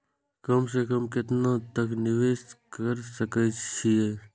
कम से कम केतना तक निवेश कर सके छी ए?